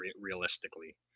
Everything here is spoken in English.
realistically